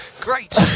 Great